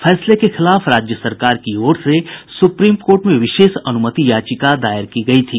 फैसले के खिलाफ राज्य सरकार की ओर से सुप्रीम कोर्ट में विशेष अनुमति याचिका दायर की गयी थी